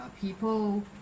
people